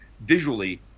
visually